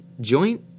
joint